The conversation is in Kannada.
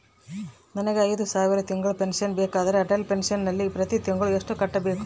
ನನಗೆ ಐದು ಸಾವಿರ ತಿಂಗಳ ಪೆನ್ಶನ್ ಬೇಕಾದರೆ ಅಟಲ್ ಪೆನ್ಶನ್ ನಲ್ಲಿ ಪ್ರತಿ ತಿಂಗಳು ಎಷ್ಟು ಕಟ್ಟಬೇಕು?